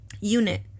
Unit